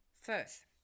First